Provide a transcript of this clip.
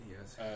Yes